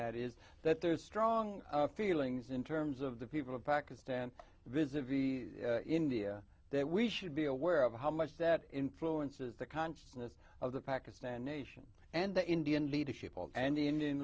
that is that there are strong feelings in terms of the people of pakistan visit india that we should be aware of how much that influences the consciousness of the pakistan nation and the indian leadership and the indian